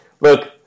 look